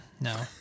no